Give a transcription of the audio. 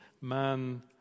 Man